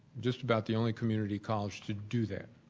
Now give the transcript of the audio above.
just about the only community college to do that.